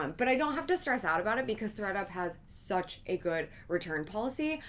um but i don't have to stress out about it because thredup has such a good return policy.